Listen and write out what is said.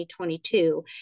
2022